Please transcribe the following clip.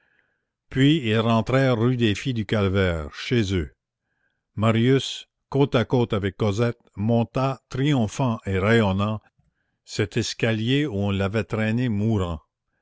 puis ils rentrèrent rue des filles du calvaire chez eux marius côte à côte avec cosette monta triomphant et rayonnant cet escalier où on l'avait traîné mourant